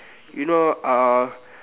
you know uh